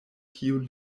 kiun